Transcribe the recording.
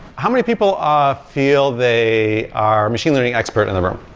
how many people ah feel they are machine learning expert in the room?